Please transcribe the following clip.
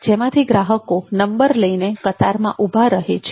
જેમાંથી ગ્રાહકો નંબર લઈને કતારમાં ઉભા રહે છે